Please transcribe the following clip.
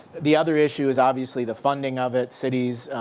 the other issue is, obviously, the funding of it. cities,